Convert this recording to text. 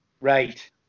Right